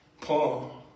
paul